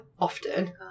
often